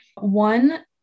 One